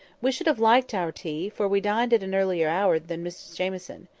we should have liked our tea, for we dined at an earlier hour than mrs jamieson.